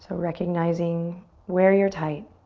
so recognizing where you're tight.